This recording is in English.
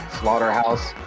slaughterhouse